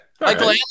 Michael